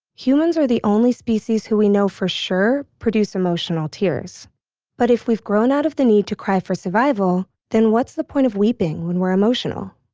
humans are the only species who we know for sure produce emotional tears but if we've grown out of the need to cry for survival, then what's the point of weeping when we're emotional?